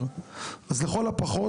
את המחקרים.